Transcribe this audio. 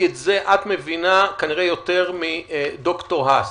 שאת זה את מבינה כנראה יותר מד"ר האס.